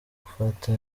gufata